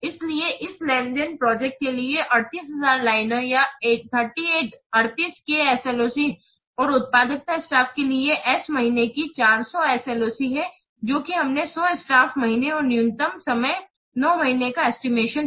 इसलिए इस लेनदेन प्रोजेक्ट के लिए 38000 लाइनें या 38 K S L O C और उत्पादकता स्टाफ के लिए S महीने की 400 S L O C है जो कि हमें 100 स्टाफ महीनेऔर न्यूनतम समय 9 महीने होने का एस्टिमेशन है